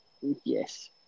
yes